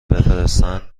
بفرستند